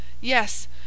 Yes